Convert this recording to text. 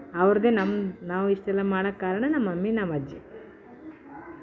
ಅವ್ರದ್ದೇ ನಮ್ಮ ನಾವು ಇಷ್ಟೆಲ್ಲ ಮಾಡೋಕೆ ಕಾರಣ ನಮ್ಮಮ್ಮಿ ನಮ್ಮಜ್ಜಿ